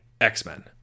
X-Men